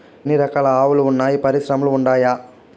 ఎన్ని రకాలు ఆవులు వున్నాయి పరిశ్రమలు ఉండాయా?